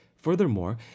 Furthermore